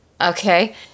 Okay